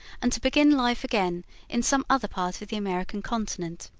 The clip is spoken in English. and to begin life again in some other part of the american continent.